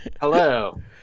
Hello